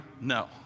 No